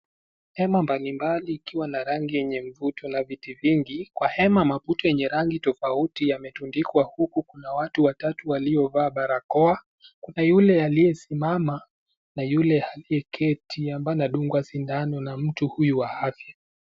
Hema mbalimbali ikiwa na rangi yenye mvuto na viti vingi. Kwa hema mabuto yenye rangi tofauti yametundikwa uku kuna watu watatu waliovaa barakoa. Kuna yule aliyesimama na yule aliyeketi ambaye anadungwa sindano na mtu huyu wa afya.